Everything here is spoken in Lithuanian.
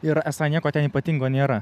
ir esą nieko ten ypatingo nėra